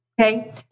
Okay